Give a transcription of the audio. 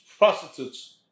Prostitutes